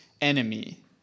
enemy